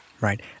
Right